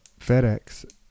FedEx